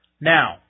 Now